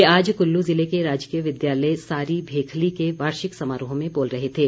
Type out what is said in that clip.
वे आज कुल्लू ज़िले के राजकीय विद्यालय सारी भेखली के वार्षिक समारोह में बोल रहे थे